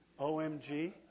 OMG